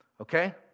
okay